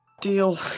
Deal